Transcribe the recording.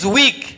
weak